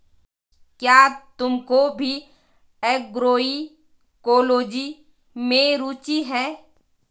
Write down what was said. क्या तुमको भी एग्रोइकोलॉजी में रुचि है?